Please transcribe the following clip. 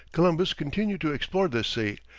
columbus continued to explore this sea,